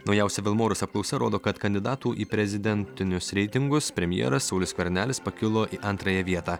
naujausia vilmorus apklausa rodo kad kandidatų į prezidentinius reitingus premjeras saulius skvernelis pakilo į antrąją vietą